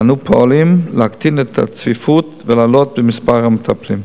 ואנו פועלים להקטין את הצפיפות ולהעלות את מספר המטפלים.